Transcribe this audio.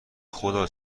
خدا